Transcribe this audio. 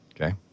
okay